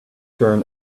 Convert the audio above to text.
turn